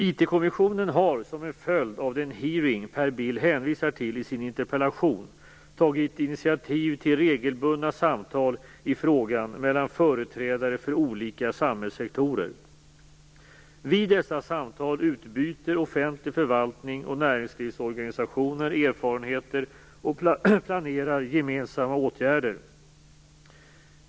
IT-kommissionen har som en följd av den hearing Per Bill hänvisar till i sin interpellation tagit initiativ till regelbundna samtal i frågan mellan företrädare för olika samhällssektorer. Vid dessa samtal utbyter offentlig förvaltning och näringslivsorganisationer erfarenheter och planerar gemensamma åtgärder.